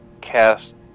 cast